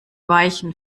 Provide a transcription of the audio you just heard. weichen